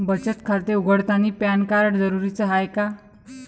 बचत खाते उघडतानी पॅन कार्ड जरुरीच हाय का?